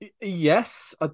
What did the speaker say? Yes